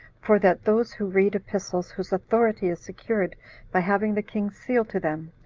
for that those who read epistles whose authority is secured by having the king's seal to them,